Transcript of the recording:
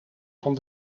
van